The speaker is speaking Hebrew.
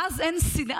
ואז אין שנאה.